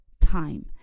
time